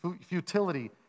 futility